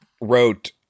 wrote